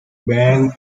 band